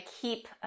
keep